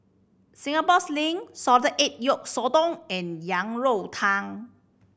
Singapore Sling salted egg yolk sotong and Yang Rou Tang